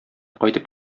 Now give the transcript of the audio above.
кайтып